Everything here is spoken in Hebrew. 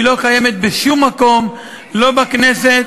היא לא קיימת בשום מקום, לא בכנסת